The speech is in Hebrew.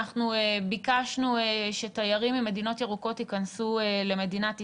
ביקשנו שתיירים ממדינות ירוקות ייכנסו למדינת ישראל.